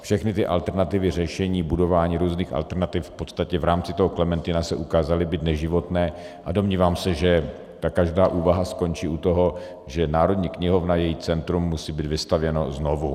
Všechny ty alternativy řešení, budování různých alternativ v podstatě v rámci toho Klementina se ukázaly být neživotné a domnívám se, že ta každá úvaha skončí u toho, že Národní knihovna, její centrum musí být vystavěno znovu.